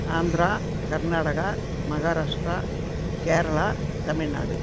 Andhra Karnataka Maharashtra Kerala Tamil Nadu